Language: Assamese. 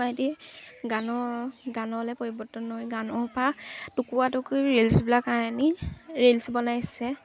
দি গান গানলৈ পৰিৱৰ্তন কৰিব নোৱাৰি গানৰ পৰা টুকুৰা টুকুৰি ৰিলচবিলাক আনি ৰিলচ বনাইছে